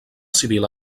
civil